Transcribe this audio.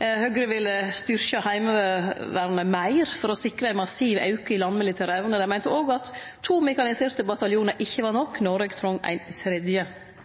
Høgre ville styrkje Heimevernet meir, for å sikre ein massiv auke i landmilitær evne. Dei meinte òg at to mekaniserte bataljonar ikkje var nok, Noreg trong ein tredje.